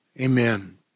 Amen